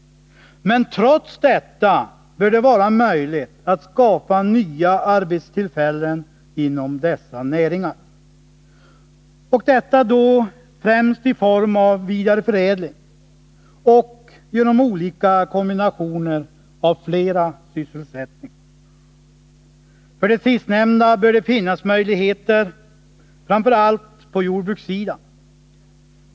Trots det bör det vara möjligt att skapa nya arbetstillfällen inom dessa näringar, främst i form av vidareförädling och genom olika kombinationer av flera sysselsättningar. För det sistnämnda bör det finnas möjligheter framför allt på jordbrukssidan.